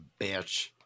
bitch